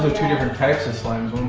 different types of slimes.